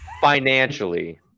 financially